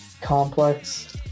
complex